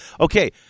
okay